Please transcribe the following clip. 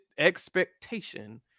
expectation